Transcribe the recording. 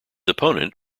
opponent